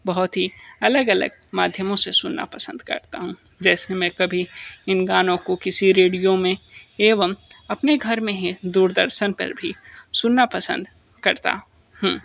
बहुत ही अलग अलग माध्यमों से सुनना पसंद करता हूँ जैसे मैं कभी इन गानों को किसी रेडियो में एवं अपने घर में ही दूरदर्शन पर भी सुनना पसंद करता हूँ